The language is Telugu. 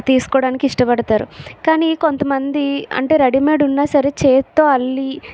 తీసుకోడానికి ఇష్టపడతారు కానీ కొంతమంది అంటే రెడీమేడ్ ఉన్నా సరే చేతితో అల్లి